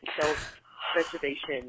self-preservation